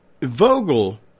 Vogel